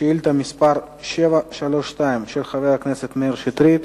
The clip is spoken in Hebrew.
שאילתא מס' 732, של חבר הכנסת מאיר שטרית,